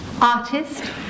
artist